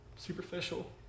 superficial